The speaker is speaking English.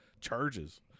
charges